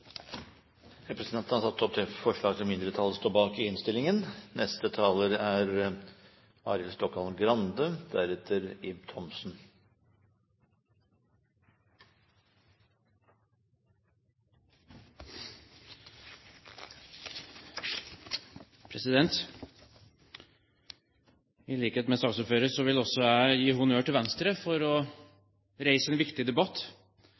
Representanten Øyvind Håbrekke har tatt opp de forslag som mindretallet står bak i innstillingen. I likhet med saksordføreren vil også jeg gi honnør til Venstre for å reise en viktig debatt